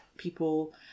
people